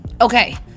okay